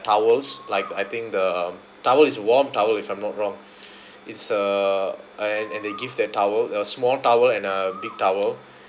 towels like I think the towel is warm towel if I'm not wrong it's uh and and they give their towel a small towel and a big towel